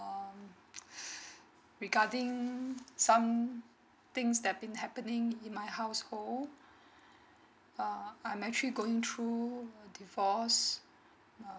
um regarding some things that been happening in my household um I'm actually going through a divorce